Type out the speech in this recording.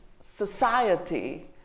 society